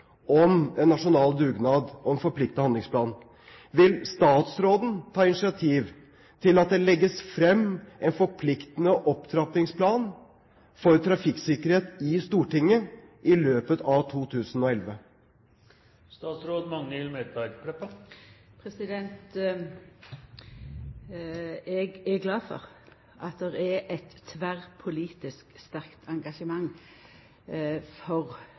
om en nasjonal dugnad og en forpliktende handlingsplan, vil statsråden ta initiativ til at det legges frem en forpliktende opptrappingsplan for trafikksikkerhet i Stortinget i løpet av 2011? Eg er glad for at det er eit tverrpolitisk sterkt engasjement for